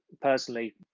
personally